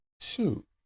Shoot